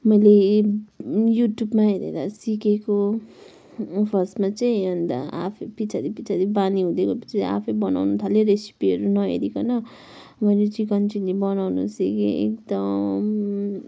मैले युट्युबमा हेरेर सिकेको फर्स्टमा चाहिँ अन्त आफै पिछाडि पिछाडि बानी हुँदै गएपछि आफै बनाउनु थाल्यो रेसिपीहरू नहेरिकन मैले चिकन चिल्ली बनाउनु सिकेँ एकदम